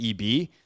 EB